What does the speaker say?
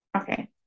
okay